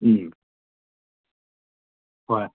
ꯎꯝ ꯍꯣꯏ